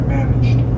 managed